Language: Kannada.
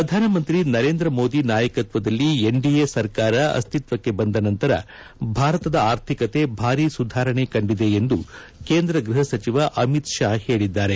ಪ್ರಧಾನಮಂತ್ರಿ ನರೇಂದ್ರ ಮೋದಿ ನಾಯಕತ್ವದಲ್ಲಿ ಎನ್ಡಿಎ ಸರ್ಕಾರ ಅಸ್ಥಿತ್ವಕ್ಷೆ ಬಂದ ನಂತರ ಭಾರತದ ಆರ್ಥಿಕತೆ ಭಾರಿ ಸುಧಾರಣೆ ಕಂಡಿದೆ ಎಂದು ಕೇಂದ್ರ ಗೃಹ ಸಚಿವ ಅಮಿತ್ ಷಾ ಹೇಳಿದ್ದಾರೆ